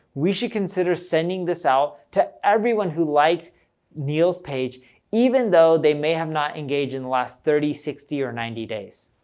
we should consider sending this out to everyone who liked neil's page even though they may have not engaged in the last thirty, sixty, or ninety days.